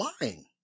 lying